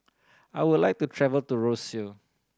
I would like to travel to Roseau